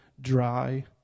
dry